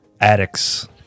addicts